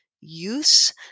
use